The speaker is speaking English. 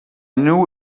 knew